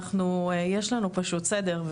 פשוט יש לנו סדר,